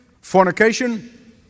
fornication